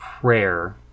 prayer